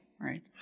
right